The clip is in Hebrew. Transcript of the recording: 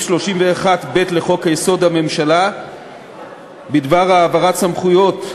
31(ב) לחוק-יסוד: הממשלה בדבר העברת סמכויות,